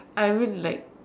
I mean like